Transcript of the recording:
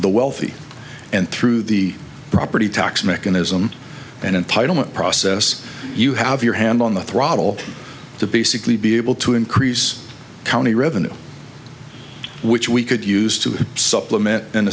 the wealthy and through the property tax mechanism and in parliament process you have your hands on the throttle to basically be able to increase county revenue which we could use to supplement and